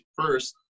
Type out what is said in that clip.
first